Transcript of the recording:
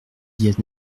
dit